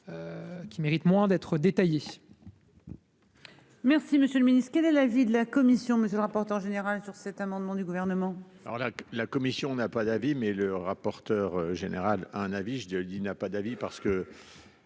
Qui méritent moins d'être détaillé.-- Merci, monsieur le Ministre, quel est l'avis de la commission. Monsieur le rapporteur général sur cet amendement du gouvernement. Voilà. La commission n'a pas d'avis mais le rapporteur général un avis je dis dit n'a pas d'avis parce que.